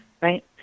right